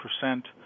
percent